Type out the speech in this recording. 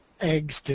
eggs